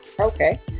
okay